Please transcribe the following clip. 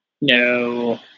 No